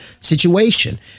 situation